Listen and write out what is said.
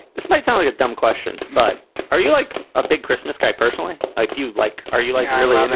this might sound like a dumb question, but are you like a big christmas guy? personally, i do. like are you like really?